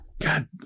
God